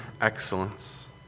excellence